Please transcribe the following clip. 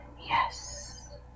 yes